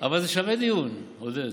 אבל זה שווה דיון, עודד.